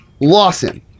lawson